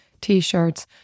t-shirts